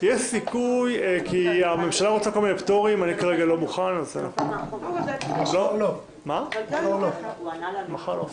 10:45.